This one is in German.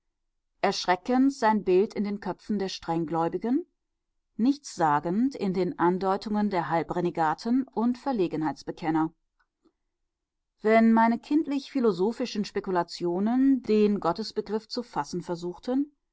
erschreckend sein bild in den köpfen der strenggläubigen nichtssagend in den andeutungen der halbrenegaten und verlegenheitsbekenner wenn meine kindlich philosophischen spekulationen den gottesbegriff zu fassen versuchten